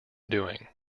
doing